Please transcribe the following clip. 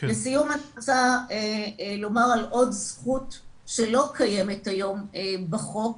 לסיום אני רוצה לומר על עוד זכות שלא קיימת היום בחוק,